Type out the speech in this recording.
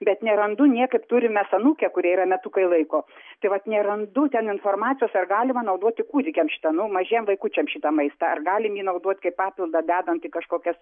bet nerandu niekaip turim mes anūkę kuriai yra metukai laiko tai vat nerandu ten informacijos ar galima naudoti kūdikiams šitą nu mažiem vaikučiam šitą maistą ar galim jį naudot kaip papildą dedant į kažkokias